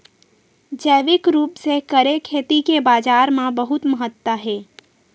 जैविक रूप से करे खेती के बाजार मा बहुत महत्ता हे